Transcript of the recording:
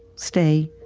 stay.